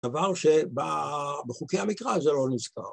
דבר שבחוקי המקרא זה לא נזכר.